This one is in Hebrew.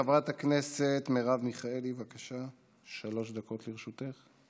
חברת הכנסת מרב מיכאלי, בבקשה, שלוש דקות לרשותך.